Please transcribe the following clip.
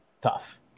tough